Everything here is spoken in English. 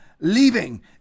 leaving